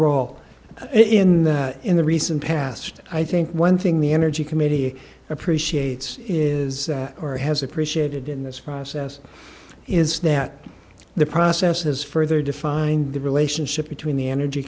role in that in the recent past i think one thing the energy committee appreciates is or has appreciated in this process is that the process has further defined the relationship between the energy